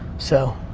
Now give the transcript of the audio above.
so.